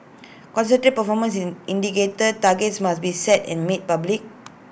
concrete performance in indicator targets must be set and made public